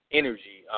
energy